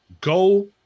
Go